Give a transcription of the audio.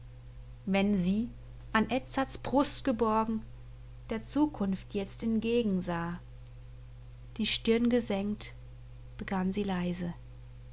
wenn sie an edzards brust geborgen der zukunft jetzt entgegensah die stirn gesenkt begann sie leise